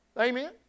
Amen